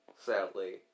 sadly